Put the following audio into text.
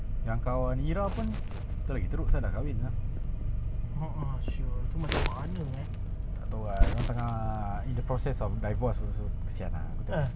no for aku pun tak ada di~ tak bukan disrespect ah but bagi aku just don't maybe upbringing ah bro ni semua it's upbringing kalau upbringing kau keras eh